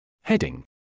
Heading